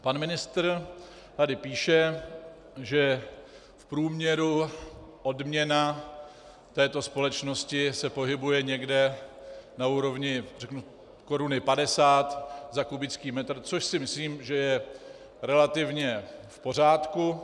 Pan ministr tady píše, že v průměru odměna této společnosti se pohybuje někde na úrovni, řeknu, koruny padesát za kubický metr, což si myslím, že je relativně v pořádku.